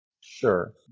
Sure